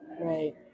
Right